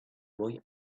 boy